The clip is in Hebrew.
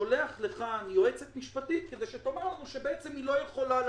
שולח לכאן יועצת משפטית כדי שתאמר שבעצם היא לא יכולה להגיב.